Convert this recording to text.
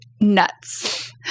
nuts